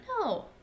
No